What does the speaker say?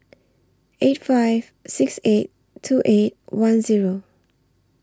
eight five six eight two eight one Zero